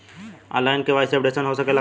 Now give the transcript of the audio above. आन line KYC updation हो सकेला का?